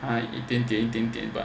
一点点一点点 but